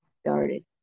started